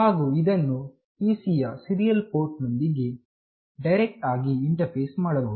ಹಾಗು ಇದನ್ನು PC ಯ ಸೀರಿಯಲ್ ಪೋರ್ಟ್ ನೊಂದಿಗೆ ಡೈರೆಕ್ಟ್ ಆಗಿ ಇಂಟರ್ಫೇಸ್ ಮಾಡಬಹುದು